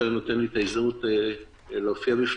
תודה על כך שאתה נותן לי את ההזדמנות להופיע בפניכם.